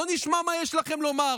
בואו נשמע מה יש לכם לומר,